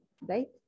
right